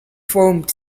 formed